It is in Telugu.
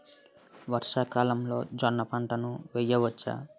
వర్షాకాలంలో జోన్న పంటను వేయవచ్చా?